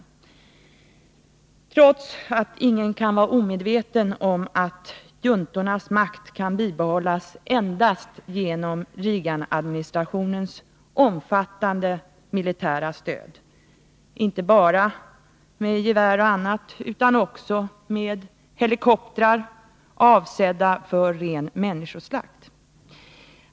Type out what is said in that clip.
Detta gjorde han, trots att ingen kan vara omedveten om att juntornas makt kan bibehållas endast genom Reaganadministrationens omfattande militära stöd, inte bara med gevär och sådant utan också med helikoptrar, avsedda för ren människoslakt.